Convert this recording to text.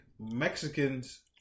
Mexicans